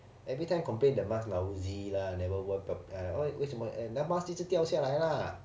everytime complain the mask lousy lah never wear proper~ 为什么 leh 那个 mask 一直掉下来啦